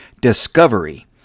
Discovery